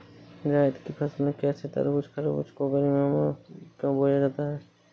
जायद की फसले जैसे तरबूज़ खरबूज को गर्मियों में क्यो बोया जाता है?